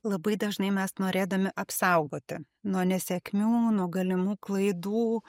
labai dažnai mes norėdami apsaugoti nuo nesėkmių nuo galimų klaidų